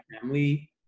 family